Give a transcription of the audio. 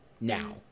now